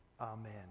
Amen